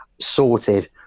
sorted